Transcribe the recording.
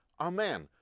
Amen